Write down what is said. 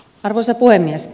arvoisa puhemies